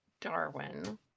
Darwin